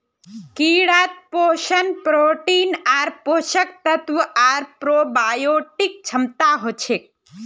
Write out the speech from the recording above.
कीड़ात पोषण प्रोटीन आर पोषक तत्व आर प्रोबायोटिक क्षमता हछेक